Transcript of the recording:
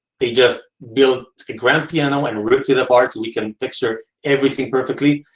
they just built a grand piano and ripped it apart so we can texture everything perfectly.